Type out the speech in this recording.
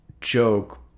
joke